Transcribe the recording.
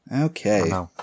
Okay